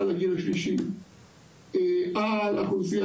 וגם נוסיף לזה את החברה